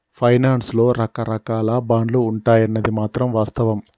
finance లో రకరాకాల బాండ్లు ఉంటాయన్నది మాత్రం వాస్తవం